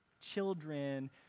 children